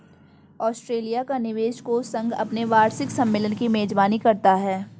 Australia का निवेश कोष संघ अपने वार्षिक सम्मेलन की मेजबानी करता है